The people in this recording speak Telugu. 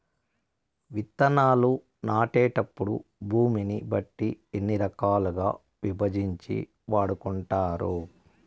విత్తనాలు నాటేటప్పుడు భూమిని బట్టి ఎన్ని రకాలుగా విభజించి వాడుకుంటారు?